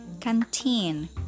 canteen